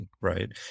Right